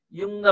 yung